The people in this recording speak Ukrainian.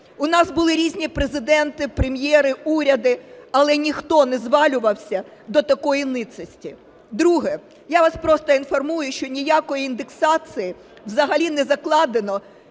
У нас були різні президенти, прем'єри, уряди, але ніхто не звалювався до такої ницості. Друге. Я вас просто інформую, що ніякої індексації взагалі не закладено